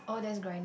oh that's grinding